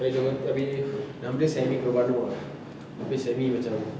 abeh nama dia sammy gravano ah abeh sammy macam